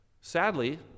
Sadly